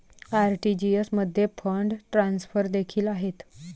RTGS मध्ये fund transfer देखील आहेत